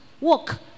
walk